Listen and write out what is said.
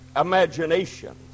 imagination